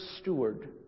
steward